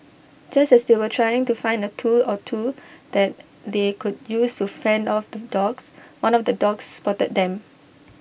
just as they were trying to find A tool or two that they could use to fend off the dogs one of the dogs spotted them